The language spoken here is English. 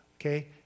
okay